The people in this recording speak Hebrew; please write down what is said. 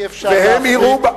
והם יראו בה,